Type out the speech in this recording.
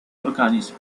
organizm